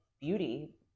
beauty